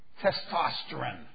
testosterone